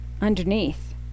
Underneath